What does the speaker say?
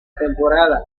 temporada